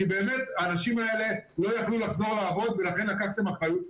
כי באמת האנשים האלה לא יכלו לחזור לעבוד ולכן לקחתם אחריות,